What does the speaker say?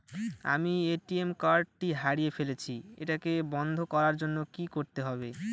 আমি ATM card টি হারিয়ে ফেলেছি এটাকে বন্ধ করার জন্য কি করতে হবে?